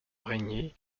régner